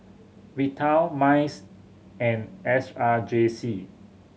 Vital MICE and S R J C